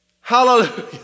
Hallelujah